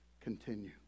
continue